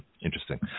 Interesting